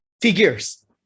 figures